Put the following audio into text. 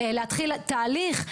להתחיל תהליך,